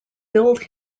build